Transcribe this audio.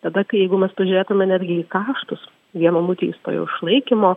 tada kai jeigu mes pažiūrėtume netgi į kaštus vieno nuteistojo išlaikymo